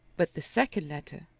but the second letter,